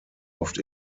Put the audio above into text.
oft